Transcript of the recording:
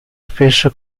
spesso